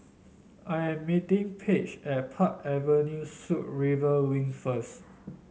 I am meeting Page at Park Avenue Suites River Wing first